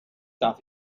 darf